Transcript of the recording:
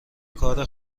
کار